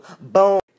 boom